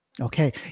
okay